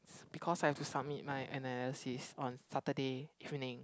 because I have to submit my analysis on Saturday evening